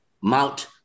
Mount